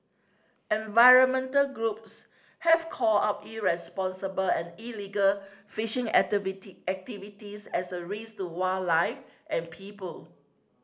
environmental groups have called out irresponsible and illegal fishing activities as a risk to wildlife and people